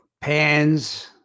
pans